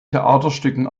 theaterstücken